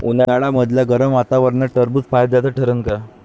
उन्हाळ्यामदल्या गरम वातावरनात टरबुज फायद्याचं ठरन का?